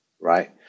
right